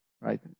right